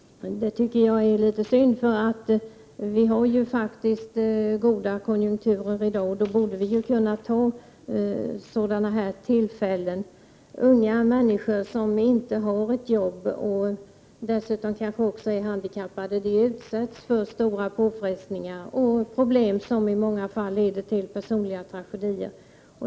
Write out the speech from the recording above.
Det tycker jag är synd. Vi har faktiskt goda konjunkturer i dag och borde kunna ta vara på sådana här tillfällen. Unga människor som inte har ett jobb och dessutom kanske också är handikappade utsätts för stora påfrestningar och får problem som i många fall leder till personliga tragedier.